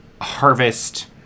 harvest